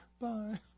Bye